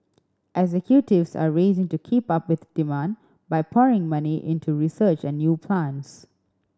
executives are racing to keep up with demand by pouring money into research and new plants